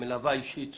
למלווה אישית צמודה?